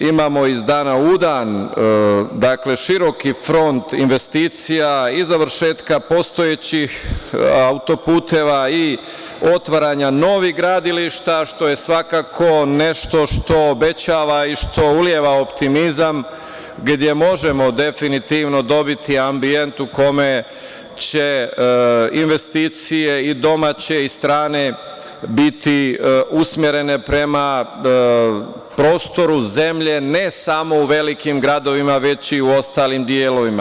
Imamo iz dana u dan široki front investicija, i završetka postojećih auto-puteva i otvaranja novih gradilišta, što je svakako nešto što obećava i što uliva optimizam, gde možemo definitivno dobiti ambijent u kome će investicije i domaće i strane biti usmerene prema prostoru zemlje, ne samo u velikim gradovima, već i u ostalim delovima.